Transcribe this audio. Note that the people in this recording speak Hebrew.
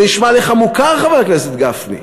זה נשמע לך מוכר, חבר הכנסת גפני?